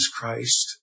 Christ